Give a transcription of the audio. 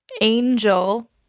Angel